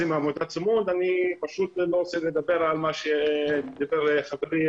אני לא רוצה לדבר על מה שדיבר חברי,